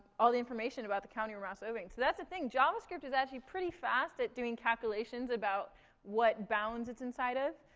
all the information about the county we're mouse overing. so that's the thing javascript is actually pretty fast at doing calculations about what bounds it's inside of.